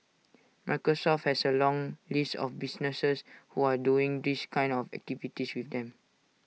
Microsoft has A long list of businesses who are doing these kind of activities with them